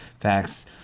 facts